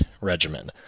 regimen